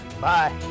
bye